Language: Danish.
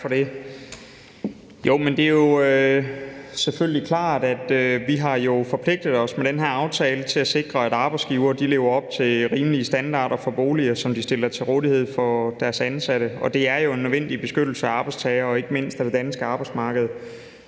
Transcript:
Det er selvfølgelig klart, at vi med den her aftale jo har forpligtet os til at sikre, at arbejdsgivere lever op til rimelige standarder for boliger, som de stiller til rådighed for deres ansatte. Det er jo en nødvendig beskyttelse af arbejdstagere og ikke mindst af det danske arbejdsmarked.